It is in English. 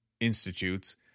institutes